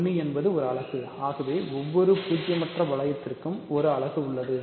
1 என்பது ஒரு அலகு ஆகவேஒவ்வொரு பூஜ்ஜியமற்ற வளையத்திற்கும் ஒரு அலகு உள்ளது